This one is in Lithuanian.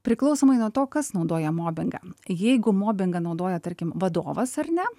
priklausomai nuo to kas naudoja mobingą jeigu mobingą naudoja tarkim vadovas ar ne